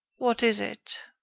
what is it?